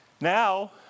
Now